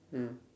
mm